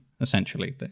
essentially